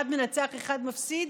אחד מנצח אחד מפסיד,